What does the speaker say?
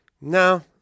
No